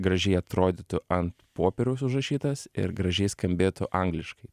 gražiai atrodytų ant popieriaus užrašytas ir gražiai skambėtų angliškai